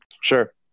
Sure